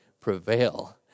prevail